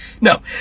No